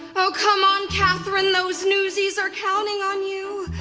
oh, come on, katherine, those newsies are counting on you,